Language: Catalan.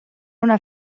una